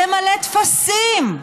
למלא טפסים.